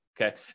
okay